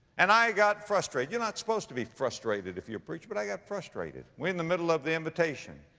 and i got frustrated. you're not supposed to be frustrated if you're a preacher. but i got frustrated. we're in the middle of the invitation,